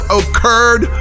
occurred